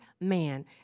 man